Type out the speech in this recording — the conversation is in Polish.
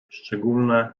szczególne